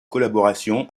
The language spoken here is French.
collaboration